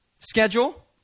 schedule